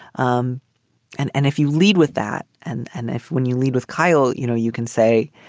um and and if you lead with that and and if when you lead with kyle, you know, you can say,